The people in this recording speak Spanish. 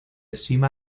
sima